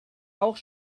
auch